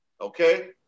okay